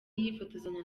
yifotozanya